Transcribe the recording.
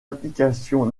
applications